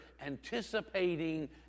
anticipating